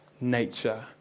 nature